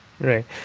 Right